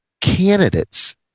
candidates